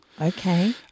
Okay